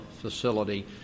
facility